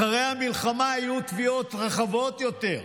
אחרי המלחמה יהיו תביעות רחבות יותר.